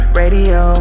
radio